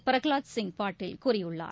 பிரகவாத் சிங் பாட்டீல் கூறியுள்ளார்